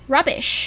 Rubbish